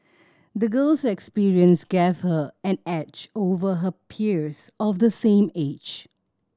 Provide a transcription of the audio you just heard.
the girl's experience gave her an edge over her peers of the same age